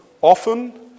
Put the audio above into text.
often